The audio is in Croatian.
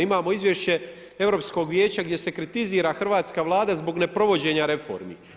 Imao izvješće Europskog vijeća gdje se kritizira hrvatska Vlada zbog neprovođenja reformi.